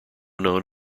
known